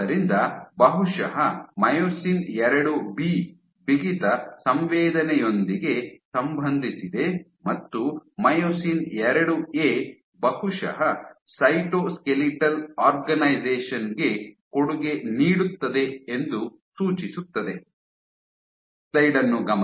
ಆದ್ದರಿಂದ ಬಹುಶಃ myosin IIB ಬಿಗಿತ ಸಂವೇದನೆಯೊಂದಿಗೆ ಸಂಬಂಧಿಸಿದೆ ಮತ್ತು ಮೈಯೋಸಿನ್ IIA ಬಹುಶಃ ಸೈಟೋಸ್ಕೆಲಿಟಲ್ ಆರ್ಗನೈಝೇಶನ್ ಗೆ ಕೊಡುಗೆ ನೀಡುತ್ತದೆ ಎಂದು ಸೂಚಿಸುತ್ತದೆ